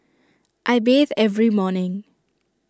I bathe every morning